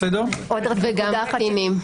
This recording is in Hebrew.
וגם קטינים.